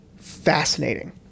fascinating